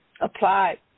applied